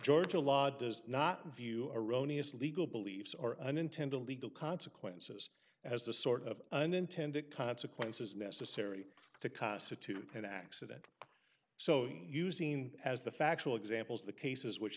georgia law does not view erroneous legal beliefs or unintended legal consequences as the sort of unintended consequences necessary to constitute an accident so using as the factual examples of the cases which